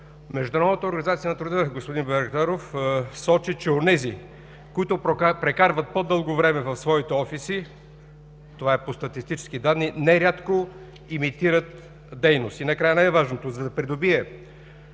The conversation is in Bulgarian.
Международната организация на труда, господин Байрактаров, сочи, че онези, които прекарват по-дълго време в своите офиси – това е по статистически данни, нерядко имитират дейност. И накрая най-важното: за да придобие